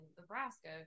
Nebraska